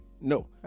No